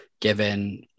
given